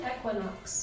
Equinox